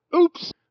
oops